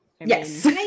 Yes